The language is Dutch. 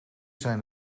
zijn